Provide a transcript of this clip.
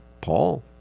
Paul